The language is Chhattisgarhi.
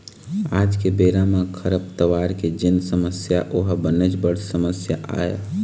आज के बेरा म खरपतवार के जेन समस्या ओहा बनेच बड़ समस्या आय